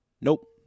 Nope